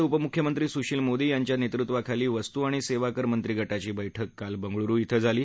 विहारचे उपमुख्यमंत्री सुशील मोदी यांच्या नेतृत्वाखाली वस्तू आणि सेवाकर मंत्रीगटाची बैठक काल बंगळुर इथं झाली